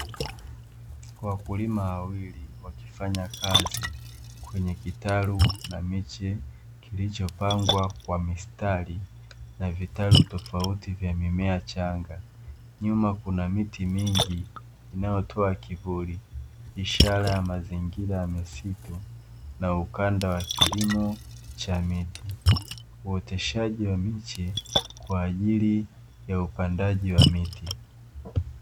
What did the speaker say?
Wakulima wawili wakifanya kazi kwenye kitalu na miche kilichopangwa kwa mistari na vitalu tofauti vya mimea changa. Nyuma kuna miti mingi inayotoa kivuli, ishara ya mazingira ya misitu na ukanda wa kilimo cha miti. Uoteshaji wa miche kwa ajili ya upandaji wa miti.